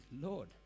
Lord